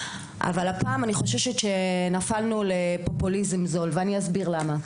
אבל הפעם אני חוששת שנפלנו לפופוליזם זול ואני אסביר למה,